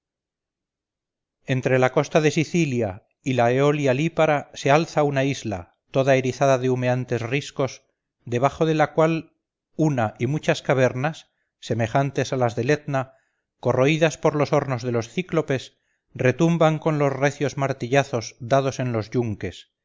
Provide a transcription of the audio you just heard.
entre la costa de sicilia y la eolia lípara se alza una isla toda erizada de humeantes riscos debajo de la cual una y muchas cavernas semejantes a las del etna corroídas por los hornos de los cíclopes retumban con los recios martillazos dados en los yunques